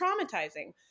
traumatizing